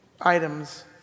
items